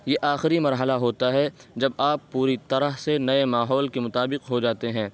یہ آخری مرحلہ ہوتا ہے جب آپ پوری طرح سے نئے ماحول کے مطابق ہو جاتے ہیں